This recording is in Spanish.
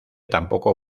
tampoco